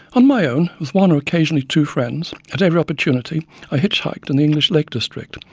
on my own, with one or occasionally two friends, at every opportunity i hitch hiked in the english lake district,